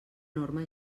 norma